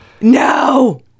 No